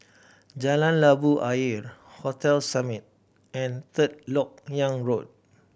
Jalan Labu Ayer Hotel Summit and Third Lok Yang Road